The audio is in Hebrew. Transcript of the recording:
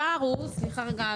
סליחה,